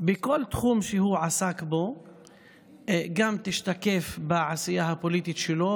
בכל תחום שהוא עסק בו ישתקפו גם בעשייה הפוליטית שלו,